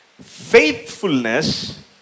Faithfulness